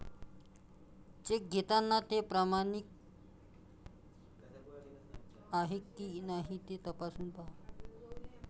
check घेताना ते प्रमाणित आहे की नाही ते तपासून पाहा